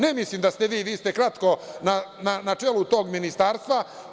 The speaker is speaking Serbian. Ne mislim da ste vi, vi ste kratko na čelu tog Ministarstva.